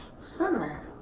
summer